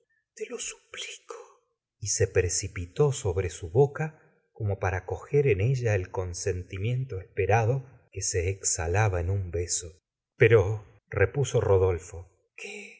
te lo suplico y se precipitó sobre su boca como para coger en ella el consentimiento esperado que se exhalaba en un beso pero repuso rodolfo qué